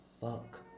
fuck